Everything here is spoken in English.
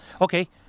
Okay